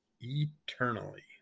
eternally